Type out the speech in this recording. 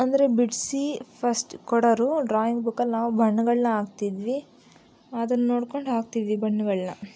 ಅಂದರೆ ಬಿಡಿಸಿ ಫರ್ಸ್ಟ್ ಕೊಡೋರು ಡ್ರಾಯಿಂಗ್ ಬುಕ್ಕಲ್ಲಿ ನಾವು ಬಣ್ಣಗಳನ್ನ ಹಾಕ್ತಿದ್ವಿ ಅದನ್ನು ನೋಡಿಕೊಂಡು ಹಾಕ್ತಿದ್ವಿ ಬಣ್ಣಗಳನ್ನ